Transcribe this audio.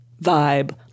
vibe